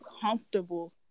comfortable